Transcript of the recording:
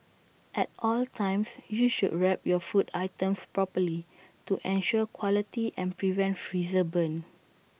at all times you should wrap your food items properly to ensure quality and prevent freezer burn